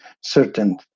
certain